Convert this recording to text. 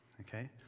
okay